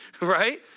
Right